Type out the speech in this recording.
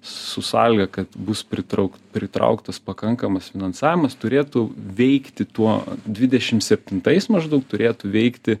su sąlyga kad bus pritrauk pritrauktas pakankamas finansavimas turėtų veikti tuo dvidešim septintais maždaug turėtų veikti